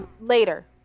later